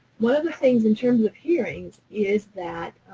one of the things in terms of hearings is that